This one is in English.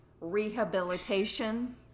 rehabilitation